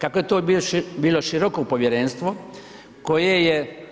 Kako je to bilo široko povjerenstvo koje je